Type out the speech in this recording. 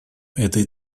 этой